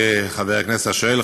חבר הכנסת השואל,